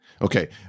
Okay